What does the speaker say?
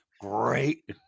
great